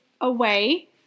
away